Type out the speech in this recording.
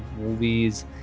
movies